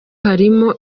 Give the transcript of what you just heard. harimo